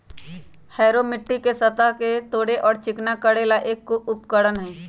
harrow मिट्टी के सतह के तोड़े और चिकना करे ला एक उपकरण हई